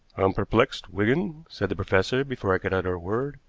i'm perplexed, wigan, said the professor before i could utter a word.